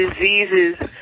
diseases